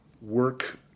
work